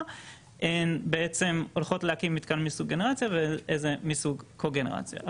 הן בעצם הולכות להתקין מתקן מסוג גנרציה ואיזה מסוג קוגנרציה.